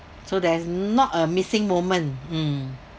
so there's not a missing moment mm